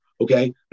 okay